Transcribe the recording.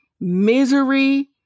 misery